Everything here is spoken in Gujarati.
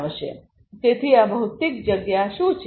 તેથી આ ભૌતિક જગ્યા શું છે